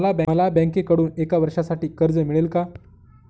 मला बँकेकडून एका वर्षासाठी कर्ज मिळेल का?